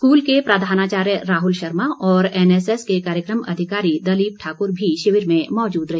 school के प्रधानाचार्य राहुल शर्मा और एनएसएस के कार्यक्रम अधिकारी दलीप ठाकुर भी शिविर में मौजूद रहे